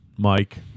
Mike